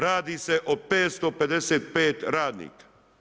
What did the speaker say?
Radi se o 555 radnika.